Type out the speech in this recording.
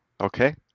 Okay